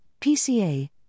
PCA